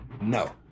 no